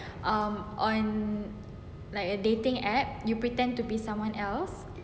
um on a dating app you pretend to be someone else